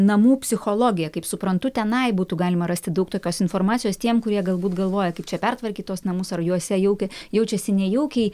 namų psichologija kaip suprantu tenai būtų galima rasti daug tokios informacijos tiem kurie galbūt galvoja kaip čia pertvarkyt tuos namus ar juose jaukia jaučiasi nejaukiai